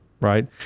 right